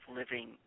living